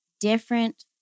different